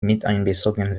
miteinbezogen